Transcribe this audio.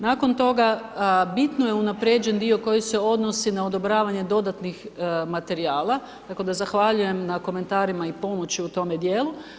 Nakon toga, bitno je unaprijeđen dio, koji se odnosi na odobravanje dodatnih materijala, tako da zahvaljujem na komentarima i pomoći u tome dijelu.